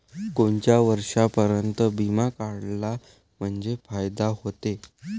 कोनच्या वर्षापर्यंत बिमा काढला म्हंजे फायदा व्हते?